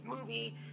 movie